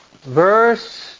verse